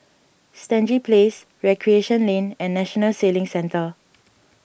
Stangee Place Recreation Lane and National Sailing Centre